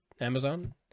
Amazon